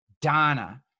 Donna